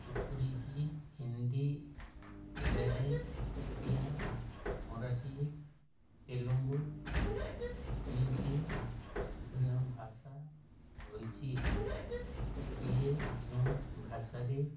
ଯେପରିକି ହିନ୍ଦୀ ଇଂରାଜୀ ଓଡ଼ିଆ ମରାଠୀ ତେଲୁଗୁ ଏମିତି ବିଭିନ୍ନ ଭାଷା ରହିଛି କିଏ କେଉଁ ଭାଷାରେ